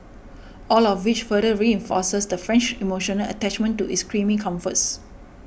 all of which further reinforces the French emotional attachment to its creamy comforts